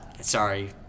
Sorry